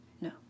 no